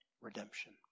redemption